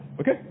Okay